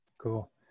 cool